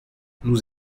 nous